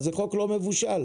אז החוק לא מבושל.